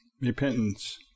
Repentance